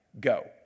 Go